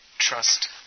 trust